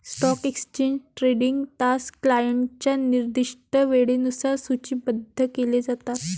stock exchange trading तास क्लायंटच्या निर्दिष्ट वेळेनुसार सूचीबद्ध केले जातात